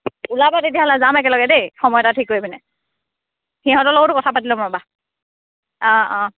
ওলাবা তেতিয়াহ'লে যাম একেলগে দেই সময় এটা ঠিক কৰি পিনে সিহঁতৰ লগতো কথা পাতি ল'ম ৰ'বা অঁ অঁ